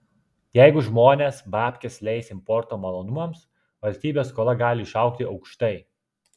jeigu žmonės babkes leis importo malonumams valstybės skola gali išaugti aukštai